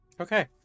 okay